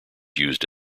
used